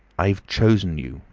i've chosen you,